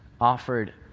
offered